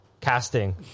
casting